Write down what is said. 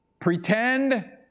pretend